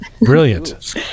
Brilliant